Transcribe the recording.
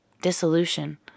Dissolution